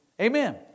Amen